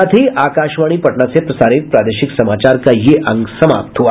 इसके साथ ही आकाशवाणी पटना से प्रसारित प्रादेशिक समाचार का ये अंक समाप्त हुआ